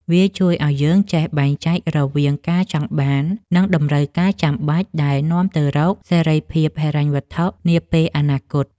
វាជួយឱ្យយើងចេះបែងចែករវាង ការចង់បាន និង តម្រូវការចាំបាច់ ដែលនាំទៅរកសេរីភាពហិរញ្ញវត្ថុនាពេលអនាគត។